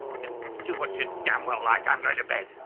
can do what you damn well like i'm going to bed.